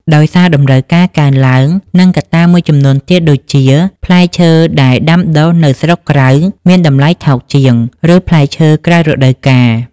ដោយសារតម្រូវការកើនឡើង និងកត្តាមួយចំនួនទៀតដូចជា ផ្លែឈើដែលដាំដុះនៅស្រុកក្រៅមានតម្លៃថោកជាង ឬផ្លែឈើក្រៅរដូវកាល។